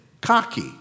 cocky